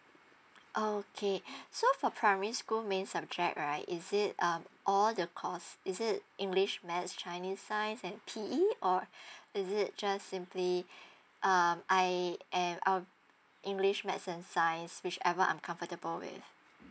okay so for primary school main subject right is it um all the course is it english maths chinese science and P_E or is it just simply um I and um english maths and science whichever I'm comfortable with